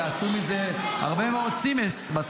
ועשו הרבה מאוד צימעס על זה,